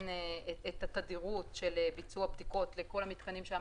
כולל תאריך ההתקנה הראשוני של המתקן?